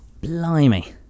Blimey